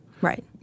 Right